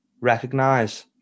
Recognize